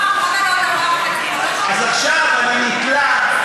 אז עכשיו אני נתלה,